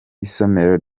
isomero